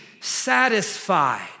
satisfied